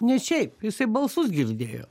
ne šiaip jisai balsus girdėjo